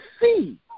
see